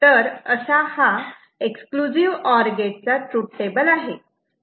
तर असा हा एक्सक्लुझिव्ह ऑर गेट चा तृथ टेबल आहे